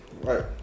Right